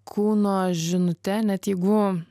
kūno žinute net jeigu